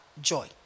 joy